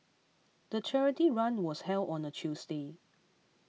the charity run was held on a Tuesday